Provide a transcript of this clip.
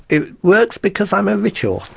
it works because i'm a rich author,